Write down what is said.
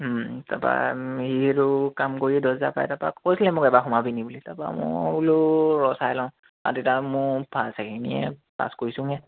তাৰপৰা সি সেইটো কাম কৰি দছহাজাৰ পায় তাৰপৰা কৈছিলে মোক এবাৰ সোমাবিনি বুলি তাৰপৰা মই বোলো ৰহ চাই লওঁ আৰু তেতিয়া মোৰ ফা ছেকেণ্ড ইয়েৰ পাছ কৰিছোঁহে